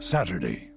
Saturday